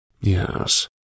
Yes